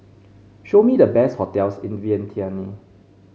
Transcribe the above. show me the best hotels in Vientiane